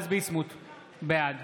בעד